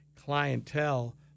clientele